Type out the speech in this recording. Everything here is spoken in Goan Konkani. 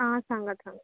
आं सांगात सांगात